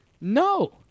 No